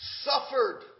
Suffered